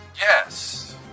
Yes